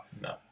No